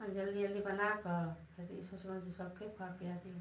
जल्दी जल्दी बनाए कऽ फेर ई सोचलहुॅं से सबके खुआ पिया दी